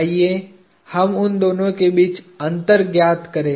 आइए हम उन दोनों के बीच अंतर ज्ञात करें